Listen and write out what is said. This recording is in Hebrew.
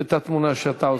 את התמונה, מה שאתה עושה.